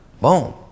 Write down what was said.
boom